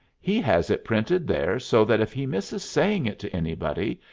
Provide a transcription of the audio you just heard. he has it printed there so that if he misses saying it to anybody,